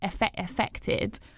affected